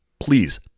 please